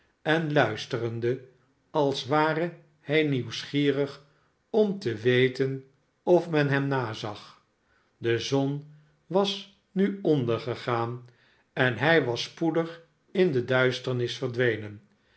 en luisterende als ware hij nieuwsgierig om te weten of men hem nazag de zon was nu ondergegaan en hij was spoedig in de duisternis verdwenen